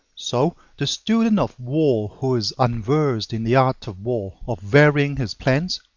so, the student of war who is unversed in the art of war of varying his plans,